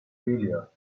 failure